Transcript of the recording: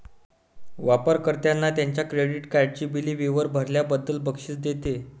वापर कर्त्यांना त्यांच्या क्रेडिट कार्डची बिले वेळेवर भरल्याबद्दल बक्षीस देते